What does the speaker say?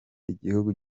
igihugu